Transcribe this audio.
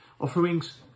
offerings